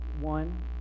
one